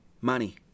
money